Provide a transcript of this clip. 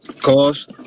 Cause